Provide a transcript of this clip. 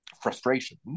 frustration